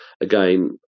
again